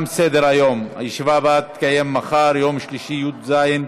בעד, 29, אין מתנגדים, אין נמנעים.